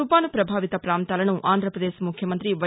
తుపాను ప్రభావిత ప్రాంతాలను ఆంధ్రప్రదేశ్ ముఖ్యమంతి వై